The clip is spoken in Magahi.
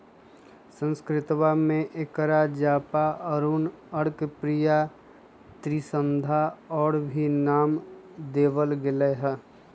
संस्कृतवा में एकरा जपा, अरुण, अर्कप्रिया, त्रिसंध्या और भी नाम देवल गैले है